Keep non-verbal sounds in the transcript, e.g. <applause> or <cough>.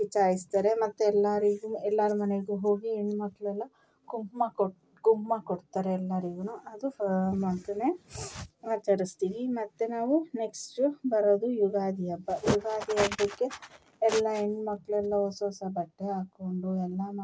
ಕಿಚ್ಚಾಯಿಸ್ತರೆ ಮತ್ತು ಎಲ್ಲರಿಗೂ ಎಲ್ಲರ ಮನೆಗೂ ಹೋಗಿ ಹೆಣ್ ಮಕ್ಕಳೆಲ್ಲ ಕುಂಕುಮ ಕೊಟ್ಟು ಕುಂಕುಮ ಕೊಡ್ತಾರೆ ಎಲ್ಲಾರಿಗು ಅದು ಫ <unintelligible> ಆಚರಿಸ್ತೀವಿ ಮತ್ತು ನಾವು ನೆಕ್ಸ್ಟು ಬರೋದು ಯುಗಾದಿ ಹಬ್ಬ ಯುಗಾದಿ ಹಬ್ಬಕ್ಕೆ ಎಲ್ಲ ಹೆಣ್ ಮಕ್ಕಳೆಲ್ಲ ಹೊಸ ಹೊಸ ಬಟ್ಟೆ ಹಾಕ್ಕೊಂಡು ಎಲ್ಲ ಮಾಡಿಕೊಂಡು